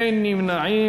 אין נמנעים.